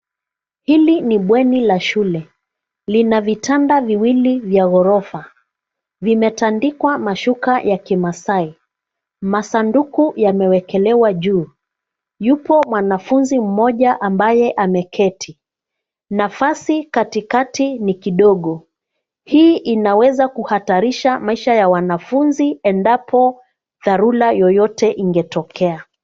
Hili ni bweni la shule. Lina vitanda viwili vya ghorofa, vimetandikwa mashuka ya Kimaasai. Masanduku yamewekelewa juu. Yupo mwanafunzi mmoja ambaye ameketi. Nafasi katikati ni kidogo. Hii inaweza kuhatarisha maisha ya wanafunzi, endapo dharura yoyote ingetokea.